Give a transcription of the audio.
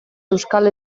euskal